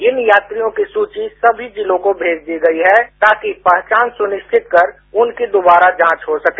इन यात्रियों की सूची सभी जिलों को भेज दी गई है ताकि पहचान सुनिश्चित कर उनकी दोबारा जांच हो सके